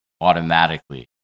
automatically